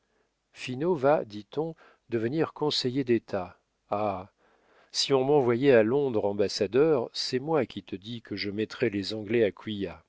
finot va dit-on devenir conseiller d'état ah si on m'envoyait à londres ambassadeur c'est moi qui te dis que je mettrais les anglais à